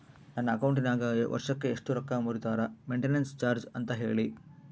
ನನ್ನ ಅಕೌಂಟಿನಾಗ ವರ್ಷಕ್ಕ ಎಷ್ಟು ರೊಕ್ಕ ಮುರಿತಾರ ಮೆಂಟೇನೆನ್ಸ್ ಚಾರ್ಜ್ ಅಂತ ಹೇಳಿ?